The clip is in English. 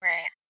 Right